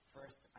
First